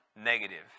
negative